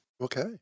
Okay